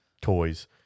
toys